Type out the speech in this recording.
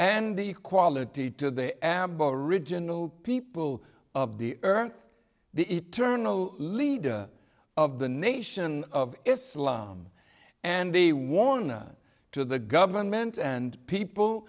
and the quality to the aboriginal people of the earth the eternal leader of the nation of islam and the war not to the government and people